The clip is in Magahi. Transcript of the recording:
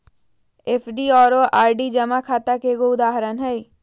एफ.डी आरो आर.डी जमा खाता के एगो उदाहरण हय